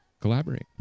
Collaborate